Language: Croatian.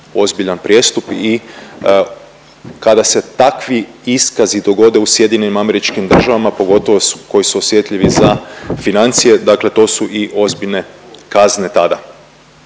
ozbiljan prijestup. I kada se takvi iskazi dogode u SAD-u pogotovo koji su osjetljivi za financije, dakle to su i ozbiljne kazne tada.